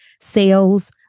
sales